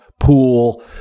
pool